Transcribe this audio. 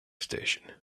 station